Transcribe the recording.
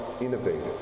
innovative